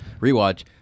rewatch